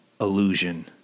illusion